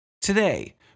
Today